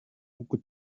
buku